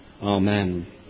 amen